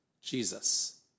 Jesus